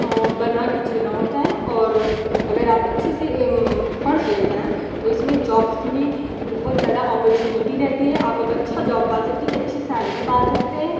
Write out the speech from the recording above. बना की चिनौत है और अगर आप अच्छे से पढ़ ले रहे हैं तो इसमें जॉब्स की भी बहुत ज़्यादा ओपर्चुनिटी रहती है आप एक अच्छा जॉब पा सकते हैं अच्छी सैलरी पा सकते हैं